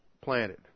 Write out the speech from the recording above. planted